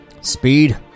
Speed